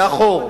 מאחור.